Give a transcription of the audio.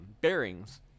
bearings